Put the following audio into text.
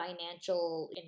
financial